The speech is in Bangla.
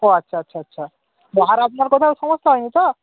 ও আচ্ছা আচ্ছা আচ্ছা বা আর আপনার কোথাও সমস্যা হয়নি তো